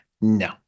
No